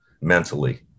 mentally